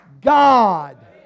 God